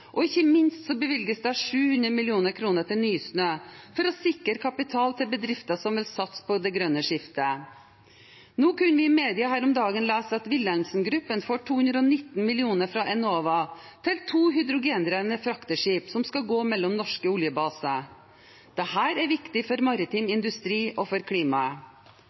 og ikke minst bevilges det 700 mill. kr til Nysnø for å sikre kapital til bedrifter som vil satse på det grønne skiftet. Nå kunne vi i media her om dagen lese at Wilhelmsen-gruppen får 219 mill. kr fra Enova til to hydrogendrevne frakteskip som skal gå mellom norske oljebaser. Dette er viktig for maritim industri og for klimaet.